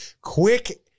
quick